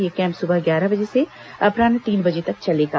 यह कैम्प सुबह ग्यारह बजे से अपरान्ह तीन बजे तक चलेगा